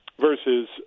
versus –